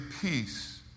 peace